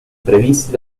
previsti